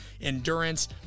endurance